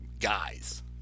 guys